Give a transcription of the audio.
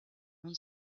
non